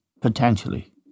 potentially